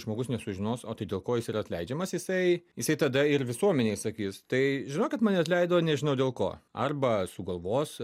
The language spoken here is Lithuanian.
žmogus nesužinos o tai dėl ko jis yra atleidžiamas jisai jisai tada ir visuomenei sakys tai žinokit mane atleido nežinau dėl ko arba sugalvos